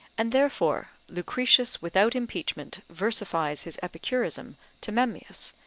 and therefore lucretius without impeachment versifies his epicurism to memmius,